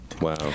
Wow